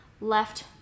left